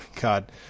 God